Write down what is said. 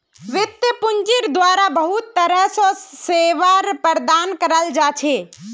वित्तीय पूंजिर द्वारा बहुत तरह र सेवा प्रदान कराल जा छे